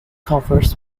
covers